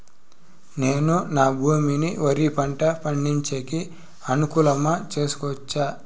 నేను నా భూమిని వరి పంట పండించేకి అనుకూలమా చేసుకోవచ్చా?